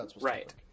Right